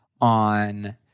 On